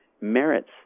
merits